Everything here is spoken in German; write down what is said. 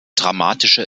dramatische